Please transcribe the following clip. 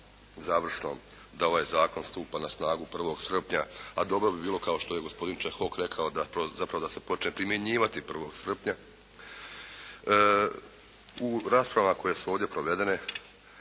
da ovaj zakon stupa na snagu 1. srpnja a dobro bi bilo kao što je gospodin Čehok rekao da, zapravo da se počne primjenjivati 1. srpnja, u raspravama koje su ovdje provedene